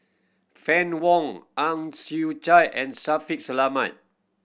Fann Wong Ang Chwee Chai and Shaffiq Selamat